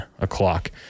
o'clock